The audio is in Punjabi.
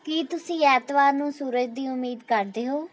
ਕੀ ਤੁਸੀਂ ਐਤਵਾਰ ਨੂੰ ਸੂਰਜ ਦੀ ਉਮੀਦ ਕਰਦੇ ਹੋ